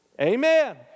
Amen